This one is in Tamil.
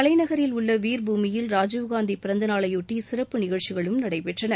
தலைநகரில் உள்ள வீர் பூமியில் ராஜீவ்காந்தி பிறந்தநாளையொட்டி சிறப்பு நிகழ்ச்சிகளும் நடைபெற்றன